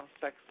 sex